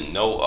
no